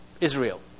Israel